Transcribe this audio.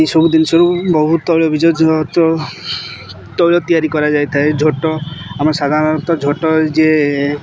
ଏଇସବୁ ଜିନିଷରୁ ବହୁ ତୈଳବିଜ ତୈଳ ତିଆରି କରାଯାଇଥାଏ ଝୋଟ ଆମେ ସାଧାରଣତଃ ଝୋଟ ଯିଏ